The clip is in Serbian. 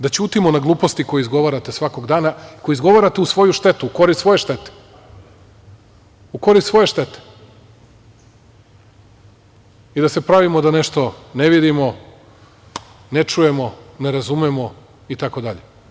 Da ćutimo na gluposti koje izgovarate svakog dana, koje izgovarate u svoju štetu, u korist svoje štete i da se pravimo da nešto ne vidimo, ne čujemo, ne razumemo i tako dalje?